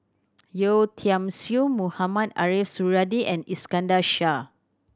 Yeo Tiam Siew Mohamed Ariff Suradi and Iskandar Shah